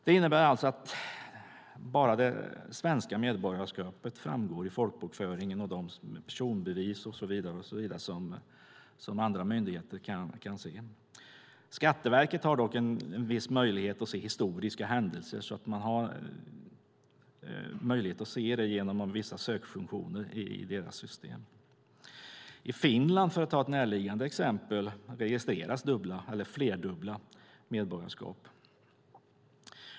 Det innebär alltså att bara det svenska medborgarskapet framgår i folkbokföringen och de personbevis och så vidare som andra myndigheter kan se. Skatteverket har dock en viss möjlighet att se historiska händelser. Man har möjlighet att se det genom vissa sökfunktioner i deras system. I Finland, för att ta ett närliggande exempel, registreras dubbla eller flerdubbla medborgarskap.